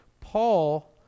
Paul